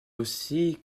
aussi